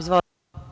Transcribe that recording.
Izvolite.